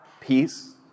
peace